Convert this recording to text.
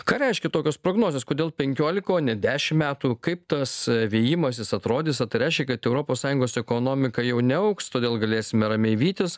ką reiškia tokios prognozės kodėl penkiolika o ne dešimt metų kaip tas vijimasis atrodys ar tai reiškia kad europos sąjungos ekonomika jau neaugs todėl galėsime ramiai vytis